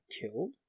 killed